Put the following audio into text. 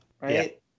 right